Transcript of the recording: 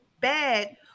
bad